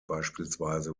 beispielsweise